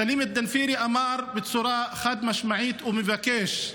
סלים דנפירי אמר בצורה חד-משמעית שהוא מבקש,